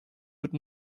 would